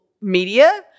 media